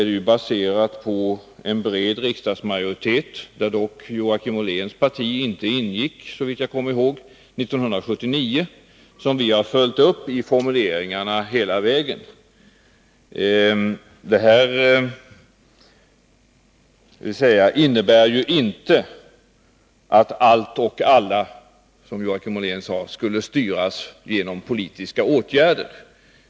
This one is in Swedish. Det baseras på en bred riksdagsmajoritet — som dock Joakim Olléns parti inte ingick i 1979, såvitt jag kommer ihåg — vars beslut vi hela vägen har följt upp i formuleringarna. Detta innebär inte att ”allt och alla”, som Joakim Ollén sade, skulle styras av politiska åtgärder.